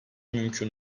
mümkün